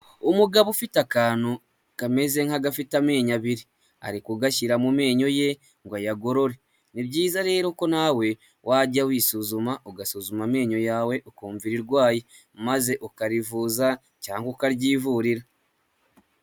Umugabo ufite akantu kameze nk'agafite amenyo abiri ariko kugashyira mu menyo ye ngo ayagorore. Ni byiza rero ko nawe wajya wisuzuma ugasuzuma amenyo yawe ukumva irirwaye maze ukarivuza cyangwa ukaryivurira.